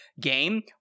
Game